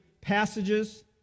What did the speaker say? passages